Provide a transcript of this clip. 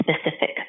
specific